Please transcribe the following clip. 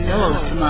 North